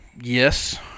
Yes